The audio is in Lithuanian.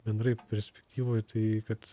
bendrai perspektyvoj tai kad